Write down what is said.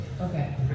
Okay